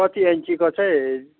कति इन्चीको चाहिँ